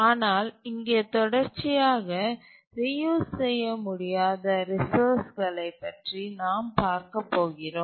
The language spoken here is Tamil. ஆனால் இங்கே தொடர்ச்சியாக ரீயூஸ் செய்ய முடியாத ரிசோர்ஸ்களை பற்றி நாம் பார்க்கப் போகிறோம்